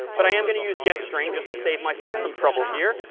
but i am going to use getstring just to save myself some trouble here,